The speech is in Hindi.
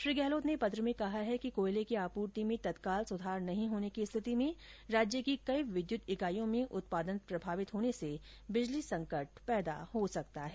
श्री गहलोत ने पत्र में कहा है कि कोयले की आपूर्ति में तत्काल सुधार नहीं होने की स्थिति में राज्य की कई विद्युत इकाइयों में उत्पादन प्रभावित होने से बिजली संकट पैदा हो सकता है